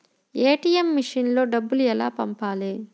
ATM మెషిన్లో డబ్బులు ఎలా పంపాలి?